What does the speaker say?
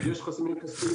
יש חסמים כספיים,